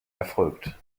erfolgt